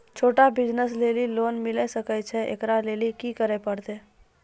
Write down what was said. छोटा बिज़नस लेली लोन मिले सकय छै? एकरा लेली की करै परतै